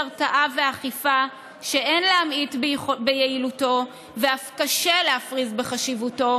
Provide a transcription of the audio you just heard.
הרתעה ואכיפה שאין להמעיט ביעילותו ואף קשה להפריז בחשיבותו,